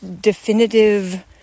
definitive